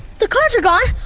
the cars are gone!